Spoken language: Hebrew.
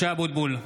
(קורא בשמות חברי הכנסת) משה אבוטבול,